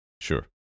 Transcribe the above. Sure